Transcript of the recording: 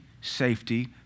safety